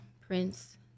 Prince